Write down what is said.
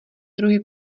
druhy